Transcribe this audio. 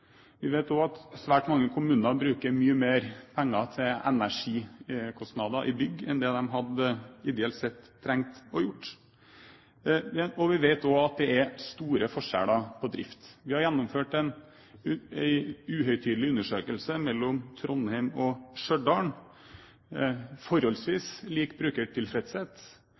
Vi vet at svært mange kommuner bruker mye mer penger til energikostnader i bygg enn det de ideelt sett hadde trengt å gjøre. Vi vet også at det er store forskjeller på drift. Vi har gjennomført en uhøytidelig undersøkelse mellom Trondheim og Stjørdal. Det er forholdsvis lik brukertilfredshet,